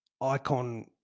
Icon